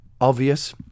obvious